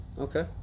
okay